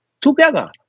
Together